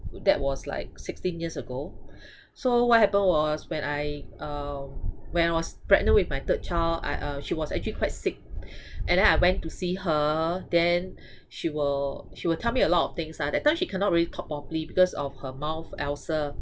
that was like sixteen years ago so what happened was when I uh when I was pregnant with my third child I uh she was actually quite sick and then I went to see her then she will she will tell me a lot of things lah that time she cannot really talk properly because of her mouth ulcer